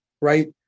right